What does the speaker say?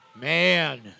Man